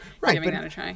right